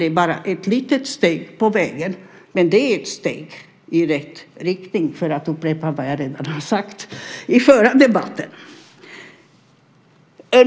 Det är bara ett litet steg på vägen, men det är ett steg i rätt riktning, för att upprepa det jag redan har sagt i förra debatten.